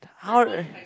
how the